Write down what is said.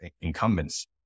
incumbents